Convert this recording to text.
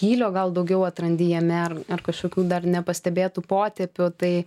gylio gal daugiau atrandi jame ar ar kažkokių dar nepastebėtų potėpių tai